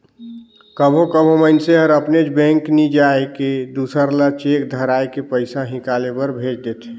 कभों कभों मइनसे हर अपनेच बेंक नी जाए के दूसर ल चेक धराए के पइसा हिंकाले बर भेज देथे